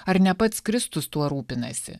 ar ne pats kristus tuo rūpinasi